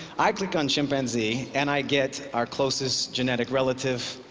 i click on chimpanzee, and i get our closest genetic relative.